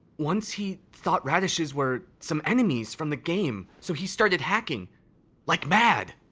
once he thought radishes were some enemies from the game, so he started hacking like mad!